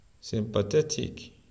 sympathetic